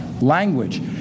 language